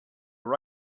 were